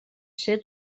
ser